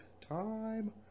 time